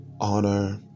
honor